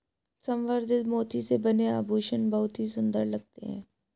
संवर्धित मोती से बने आभूषण बहुत ही सुंदर लगते हैं